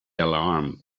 alarm